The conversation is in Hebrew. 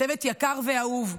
צוות יקר ואהוב,